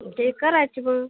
ते करायचे मग